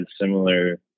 similar